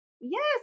Yes